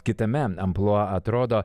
kitame amplua atrodo